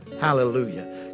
Hallelujah